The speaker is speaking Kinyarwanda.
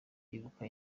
ibuka